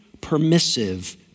permissive